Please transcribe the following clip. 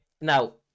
Now